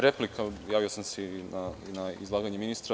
Replika, javio sam se na izlaganje ministra.